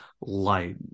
light